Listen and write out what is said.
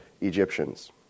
Egyptians